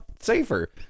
safer